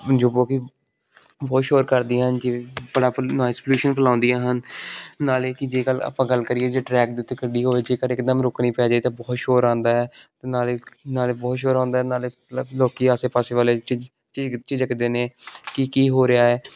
ਜ ਬੋ ਕਿ ਬਹੁਤ ਸ਼ੋਰ ਕਰਦੀਆਂ ਨੋਆਇਸ ਪਲਿਊਸ਼ਨ ਫੈਲਾਉਂਦੀਆਂ ਹਨ ਨਾਲੇ ਕਿ ਜੇਕਰ ਆਪਾਂ ਗੱਲ ਕਰੀਏ ਜੇ ਟਰੈਕ ਦੇ ਉੱਤੇ ਗੱਡੀ ਹੋਵੇ ਜੇਕਰ ਇਕਦਮ ਰੋਕਣੀ ਪੈ ਜਾਵੇ ਤਾਂ ਬਹੁਤ ਸ਼ੋਰ ਆਉਂਦਾ ਹੈ ਅਤੇ ਨਾਲੇ ਨਾਲੇ ਬਹੁਤ ਸ਼ੋਰ ਆਉਂਦਾ ਹੈ ਨਾਲੇ ਲੋਕ ਆਸੇ ਪਾਸੇ ਵਾਲੇ ਝਿਜਕਦੇ ਨੇ ਕਿ ਕੀ ਹੋ ਰਿਹਾ ਹੈ